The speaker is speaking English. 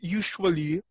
usually